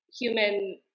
human